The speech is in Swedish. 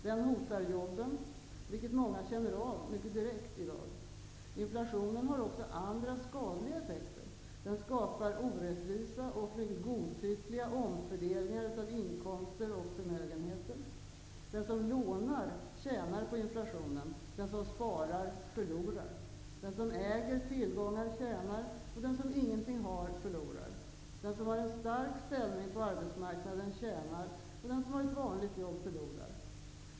Den hotar jobben, vilket många känner av mycket direkt i dag. Inflationen har också andra skadliga effekter. Den skapar orättvisa och godtyckliga omfördelningar av inkomster och förmögenheter. Den som lånar tjänar på inflationen, och den som sparar förlorar. Den som äger tillgångar tjänar, och den som ingenting har förlorar. Den som har en stark ställning på arbetsmarknaden tjänar, och den som har ett vanligt jobb förlorar.